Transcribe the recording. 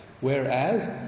Whereas